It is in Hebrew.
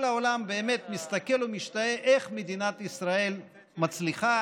כל העולם באמת מסתכל ומשתאה איך מדינת ישראל מצליחה